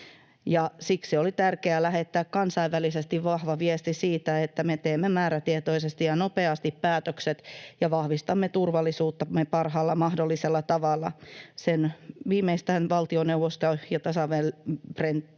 siksi oli tärkeää lähettää kansainvälisesti vahva viesti siitä, että me teemme määrätietoisesti ja nopeasti päätökset ja vahvistamme turvallisuuttamme parhaalla mahdollisella tavalla. Sen viimeistään valtioneuvoston ja tasavallan presidentin